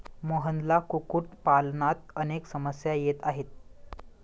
मोहनला कुक्कुटपालनात अनेक समस्या येत आहेत